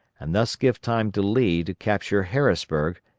and thus give time to lee to capture harrisburg,